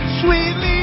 sweetly